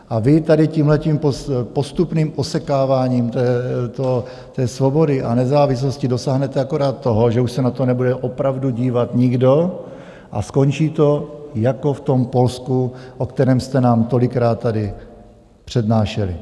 A vy tady tímhletím postupným osekáváním té svobody a nezávislosti dosáhnete akorát toho, že už se na to nebude opravdu dívat nikdo a skončí to jako v tom Polsku, o kterém jste nám tolikrát tady přednášeli.